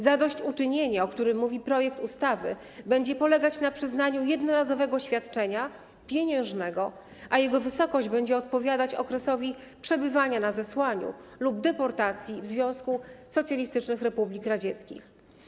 Zadośćuczynienie, o którym mówi projekt ustawy, będzie polegać na przyznaniu jednorazowego świadczenia pieniężnego, a jego wysokość będzie odpowiadać okresowi przebywania na zesłaniu lub deportacji w Związku Socjalistycznych Republik Radzieckich.